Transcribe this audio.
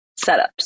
setups